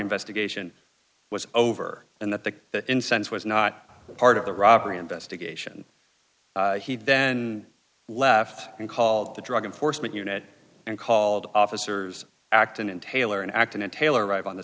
investigation was over and that the incense was not part of the robbery investigation he then left and called the drug enforcement unit and called officers acton and taylor and acton and taylor arrive on the